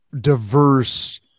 diverse